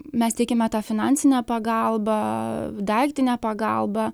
mes teikiame tą finansinę pagalbą daiktinę pagalbą